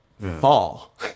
fall